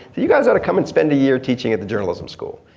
you guys ought to come and spend a year teaching at the journalism school.